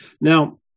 Now